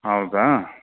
ಹೌದಾ